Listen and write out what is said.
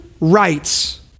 rights